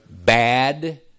bad